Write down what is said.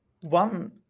One